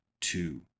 two